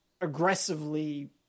aggressively